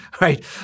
Right